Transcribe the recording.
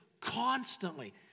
constantly